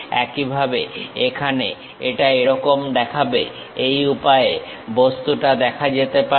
একইভাবেএখানে এটা এরকম দেখাবে এই উপায়ে বস্তুটা দেখা যেতে পারে